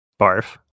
barf